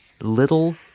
little